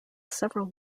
several